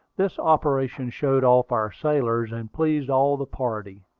this operation showed off our sailors, and pleased all the party.